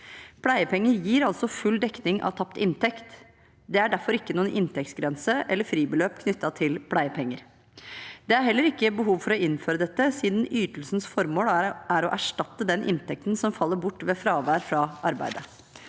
Pleiepenger gir altså full dekning av tapt inntekt. Det er derfor ikke noen inntektsgrense eller fribeløp knyttet til pleiepenger. Det er heller ikke behov for å innføre dette, siden ytelsens formål er å erstatte den inntekten som faller bort ved fravær fra arbeidet.